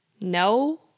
no